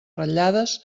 ratllades